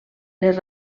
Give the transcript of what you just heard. les